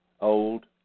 old